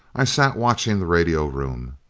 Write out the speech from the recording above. i sat watching the radio room.